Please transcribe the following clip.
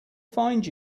find